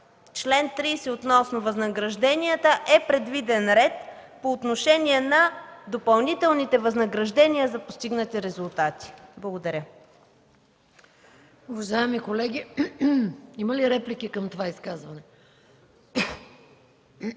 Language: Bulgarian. чл. 30 относно възнагражденията е предвиден ред по отношение на допълнителните възнаграждения за постигнати резултати. Благодаря. ПРЕДСЕДАТЕЛ МАЯ МАНОЛОВА: Уважаеми колеги, има ли реплики към това изказване?